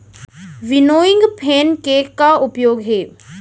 Winnowing fan के का उपयोग हे?